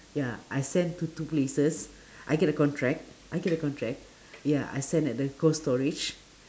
ya I send to two places I get a contract I get a contract ya I send at the cold storage